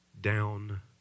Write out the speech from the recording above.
down